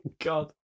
God